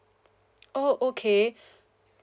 oh okay